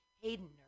Hayden